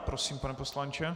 Prosím, pane poslanče.